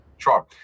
Sure